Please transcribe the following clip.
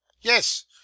Yes